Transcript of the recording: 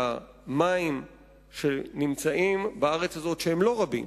למים שנמצאים בארץ הזאת, שהם לא רבים,